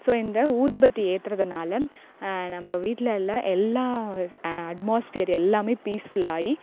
இப்போ இந்த ஊதுபத்தி ஏற்றுறதுனால நம்ப வீட்டில் உள்ள எல்லா அட்மாஸ்பியர் எல்லாமே பீஸ்ஃபுல்லாகி